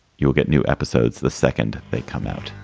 you'll get new episodes the second they come out.